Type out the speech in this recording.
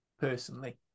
Personally